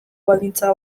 baldintza